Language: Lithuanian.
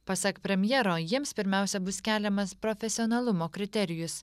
pasak premjero jiems pirmiausia bus keliamas profesionalumo kriterijus